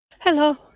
Hello